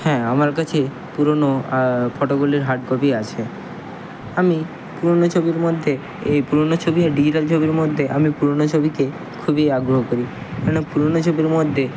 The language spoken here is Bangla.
হ্যাঁ আমার কাছে পুরনো ফটোগুলির হার্ড কপি আছে আমি পুরনো ছবির মধ্যে এই পুরনো ছবি আর ডিজিটাল ছবির মধ্যে আমি পুরনো ছবিকে খুবই আগ্রহ করি কেন পুরনো ছবির মধ্যে